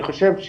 אני חושב,